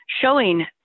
showing